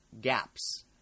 gaps